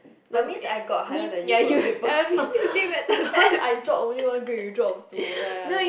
but mean I got higher than you the paper because I drop only one grade you drop two